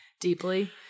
deeply